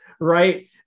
right